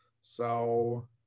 So-